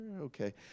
Okay